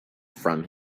from